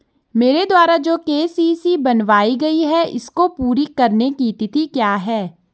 मेरे द्वारा जो के.सी.सी बनवायी गयी है इसको पूरी करने की तिथि क्या है?